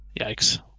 yikes